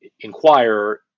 inquire